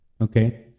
okay